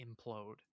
implode